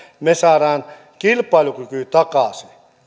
me saamme kilpailukyvyn takaisin